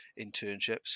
internships